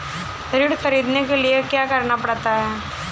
ऋण ख़रीदने के लिए क्या करना पड़ता है?